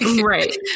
right